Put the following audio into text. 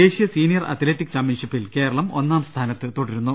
ദേശീയ senior athletic ചാമ്പ്യൻഷിപ്പിൽ കേരളം ഒന്നാം സ്ഥാനത്ത് തുടരുന്നു